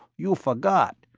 you forgot!